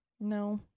No